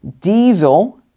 diesel